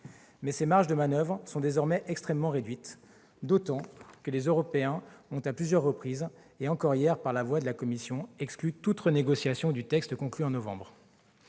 Mais ses marges de manoeuvre sont désormais extrêmement réduites, d'autant que les Européens ont à plusieurs reprises, et encore hier par la voix de la Commission européenne, exclu toute renégociation du texte finalisé en novembre.